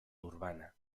urbana